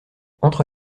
entre